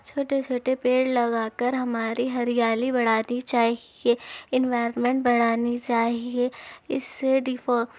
چھوٹے چھوٹے پیڑ لگا کر ہماری ہریالی بڑھانی چاہیے انوائرمنٹ بڑھانی چاہیے اس سے